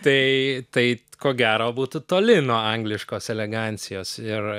tai tai ko gero būtų toli nuo angliškos elegancijos ir